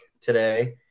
today